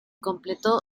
completó